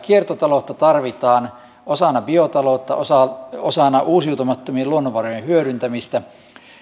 kiertotaloutta tarvitaan osana biotaloutta osana uusiutumattomien luonnonvarojen hyödyntämistä